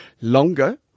Longer